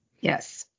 yes